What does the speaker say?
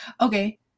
Okay